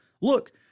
look